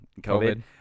COVID